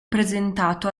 presentato